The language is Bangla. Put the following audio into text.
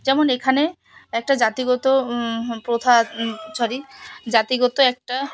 যেমন এখানে একটা জাতিগত প্রথা সরি জাতিগত একটা